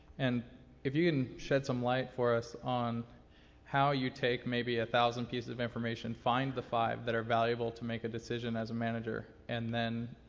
and if you can shed some light for us on how you take maybe one thousand pieces of information, find the five that are valuable to make a decision as a manager, and then,